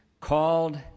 called